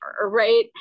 right